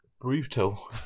brutal